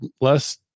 less